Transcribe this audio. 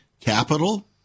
capital